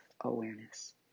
Awareness